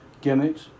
gimmicks